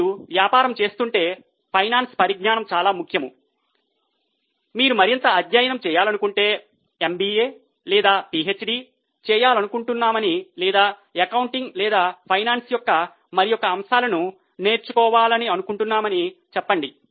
మీరు వ్యాపారం చేస్తుంటే ఫైనాన్స్ పరిజ్ఞానం చాలా ముఖ్యం మీరు మరింత అధ్యయనం చేయాలనుకుంటే MBA లేదా PhD చేయాలనుకుంటున్నామని లేదా అకౌంటింగ్ లేదా ఫైనాన్స్ యొక్క మరికొన్ని అంశాలను నేర్చుకోవాలనుకుంటున్నామని చెప్పండి